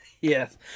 Yes